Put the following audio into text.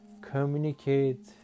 communicate